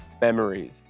memories